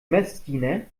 messdiener